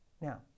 Now